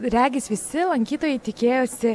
regis visi lankytojai tikėjosi